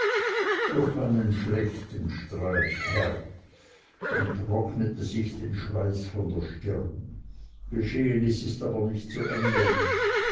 durch einen schlechten streich herr und trocknete sich den schweiß von der stirn geschehenes ist aber nicht zu ändern